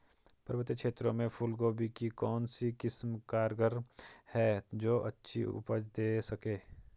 पर्वतीय क्षेत्रों में फूल गोभी की कौन सी किस्म कारगर है जो अच्छी उपज दें सके?